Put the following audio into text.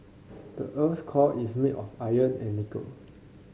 the earth's core is made of iron and nickel